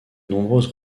nombreuses